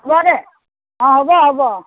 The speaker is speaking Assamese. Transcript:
হ'ব দে অঁ হ'ব হ'ব